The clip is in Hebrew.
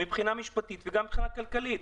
הן מבחינה משפטית והן מבחינה כלכלית.